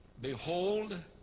Behold